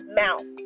mouth